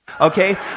Okay